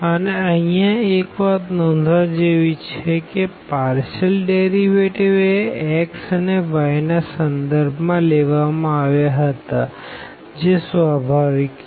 અને અહિયાં એક વાત નોંધવા જેવી છે કે પાર્ડેશિઅલ ડેરીવેટીવ એ x અને yના સંદર્ભ માં લેવામાં આવ્યા હતા જે સ્વાભાવિક છે